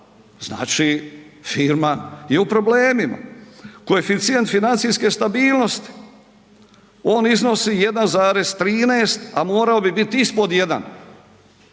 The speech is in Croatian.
znači firma je u problemima. Koeficijent financijske stabilnosti, on iznosi 1,13, a morao bi biti ispod 1,